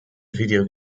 video